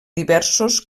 diversos